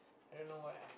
I don't know why ah